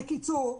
בקיצור,